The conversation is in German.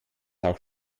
auch